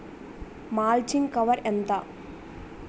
Mulching cover ఎంత?